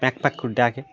pack প্যাক করে ডাকে